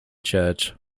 church